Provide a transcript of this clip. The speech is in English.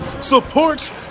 Support